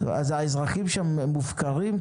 אז האזרחים שם מופקרים?